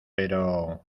pero